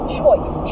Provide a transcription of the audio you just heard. choice